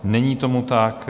Není tomu tak.